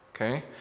Okay